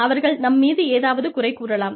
அவர்கள் நம் மீது ஏதாவது குறை கூறலாம்